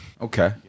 Okay